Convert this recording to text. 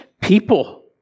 people